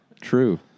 True